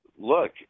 look